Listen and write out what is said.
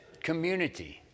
Community